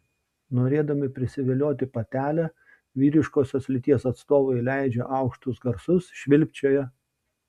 norėdami prisivilioti patelę vyriškosios lyties atstovai leidžia aukštus garsus švilpčioja